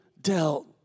dealt